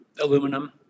aluminum